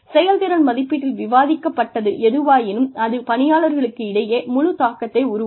செயல்திறன் மதிப்பீட்டில் விவாதிக்கப்பட்டது எதுவாயினும் அது பணியாளர்களிடையே முழு தாக்கத்தை உருவாக்கும்